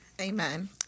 Amen